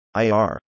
IR